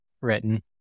written